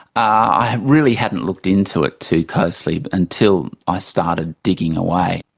i really hadn't looked into it too closely until i started digging away.